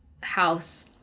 house